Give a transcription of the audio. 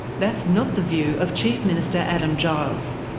that's not the view of chief minister adam giles.